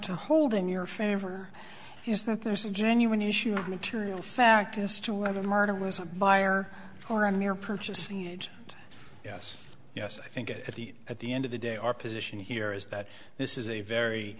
to hold in your favor is that there's a genuine issue of material fact as to whether martha was a buyer or a mere purchasing agent yes yes i think at the at the end of the day our position here is that this is a very